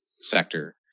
sector